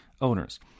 owner's